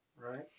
right